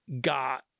got